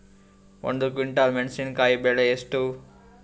ಒಂದು ಕ್ವಿಂಟಾಲ್ ಮೆಣಸಿನಕಾಯಿ ಬೆಲೆ ಎಷ್ಟು?